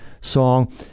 song